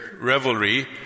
revelry